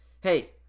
hey